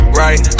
right